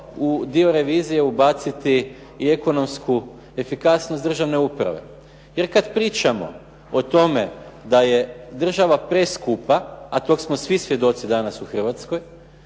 u dio revizije ubaciti i ekonomsku efikasnost državne uprave jer kad pričamo o tome da je država preskupa, a tog smo svi svjedoci danas u Hrvatskoj,